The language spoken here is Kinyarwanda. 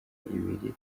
ibiri